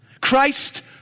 Christ